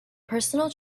personal